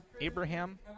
Abraham